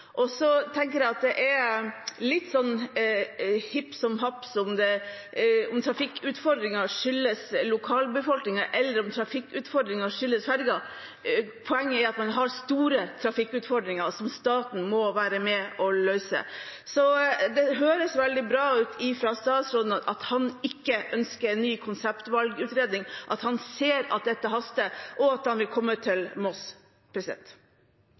Jeg tenker det er hipp som happ om trafikkutfordringen skyldes lokalbefolkningen eller ferja, poenget er at man har store trafikkutfordringer som staten må være med og løse. Så det høres veldig bra ut fra statsråden at han ikke ønsker ny konseptvalgutredning, at han ser at dette haster, og at han vil komme til